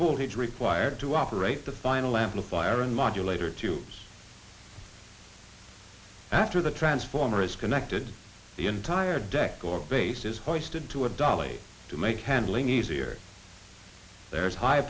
voltage required to operate the final amplifier and modulator two after the transformer is connected the entire deck or base is forced into a dolly to make handling easier there is high